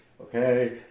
Okay